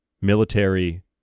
military